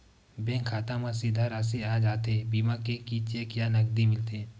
Bank खाता मा सीधा राशि आ जाथे बीमा के कि चेक या नकदी मिलथे?